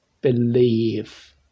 believe